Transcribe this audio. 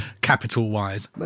capital-wise